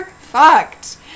fucked